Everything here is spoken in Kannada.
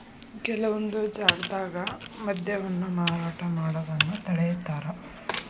ಕೆಲವೊಂದ್ ಜಾಗ್ದಾಗ ಮದ್ಯವನ್ನ ಮಾರಾಟ ಮಾಡೋದನ್ನ ತಡೇತಾರ